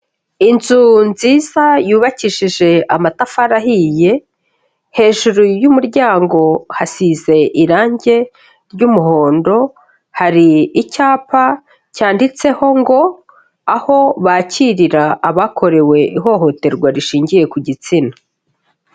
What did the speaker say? Inzu nziza yubakishije amatafari ahiye, hejuru y'umuryango hasize irangi ry'umuhondo, hari icyapa cyanditseho ngo: "Aho bakirira abakorewe ihohoterwa rishingiye ku gitsina."